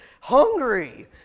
hungry